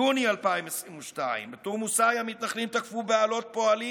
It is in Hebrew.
יוני 2022, תורמוס עיא, מתנחלים תקפו פועלים